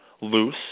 loose